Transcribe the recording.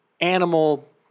animal